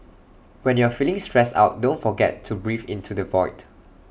when you are feeling stressed out don't forget to breathe into the void